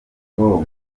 com